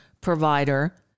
provider